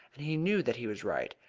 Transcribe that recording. and he knew that he was right.